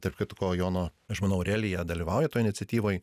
tarp kitko jono žmona aurelija dalyvauja toj iniciatyvoj